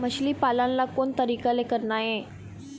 मछली पालन ला कोन तरीका ले करना ये?